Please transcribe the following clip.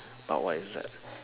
but what is that